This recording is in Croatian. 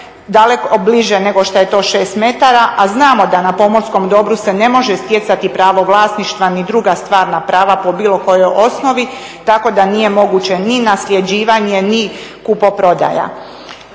daleko bliže nego što je to 6 metara, a znamo da na pomorskom dobru se ne može stjecati pravo vlasništva ni druga stvarna prava po bilo kojoj osnovi tako da nije moguće ni nasljeđivanje ni kupoprodaja.